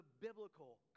biblical